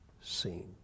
seen